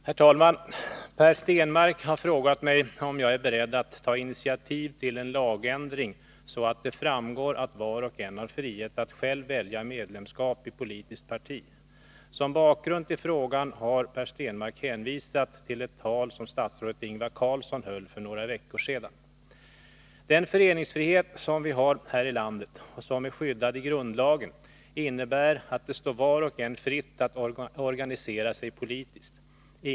Herr talman! Per Stenmarck har frågat mig om jag är beredd att ta initiativ till en lagändring så att det framgår att var och en har frihet att själv välja medlemskap i politiskt parti. Som bakgrund till frågan har Per Stenmarck hänvisat till ett tal som statsrådet Ingvar Carlsson höll för några veckor sedan. Den föreningsfrihet som vi har här i landet och som är skyddad i grundlagen innebär att det står var och en fritt att organisera sig politiskt.